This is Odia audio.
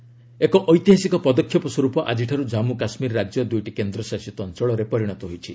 ଜେଜେ ୟୁଟି ଏକ ଐତିହାସିକ ପଦକ୍ଷେପ ସ୍ୱରୂପ ଆଜିଠାରୁ ଜାମ୍ମୁକାଶ୍ମୀର ରାଜ୍ୟ ଦୁଇଟି କେନ୍ଦ୍ରଶାସିତ ଅଞ୍ଚଳରେ ପରିଣତ ହୋଇଛି